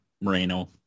moreno